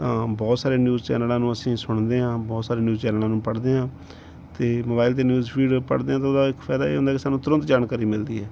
ਬਹੁਤ ਸਾਰੇ ਨਿਊਜ਼ ਚੈਨਲਾਂ ਨੂੰ ਅਸੀਂ ਸੁਣਦੇ ਹਾਂ ਬਹੁਤ ਸਾਰੇ ਨਿਊਜ਼ ਚੈਨਲਾਂ ਨੂੰ ਪੜ੍ਹਦੇ ਹਾਂ ਅਤੇ ਮੋਬਾਈਲ 'ਤੇ ਨਿਊਜ਼ ਫੀਡ ਪੜ੍ਹਦੇ ਹਾਂ ਤਾਂ ਉਹਦਾ ਇੱਕ ਫਾਇਦਾ ਇਹ ਹੁੰਦਾ ਕਿ ਸਾਨੂੰ ਤੁਰੰਤ ਜਾਣਕਾਰੀ ਮਿਲਦੀ ਹੈ